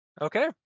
Okay